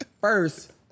First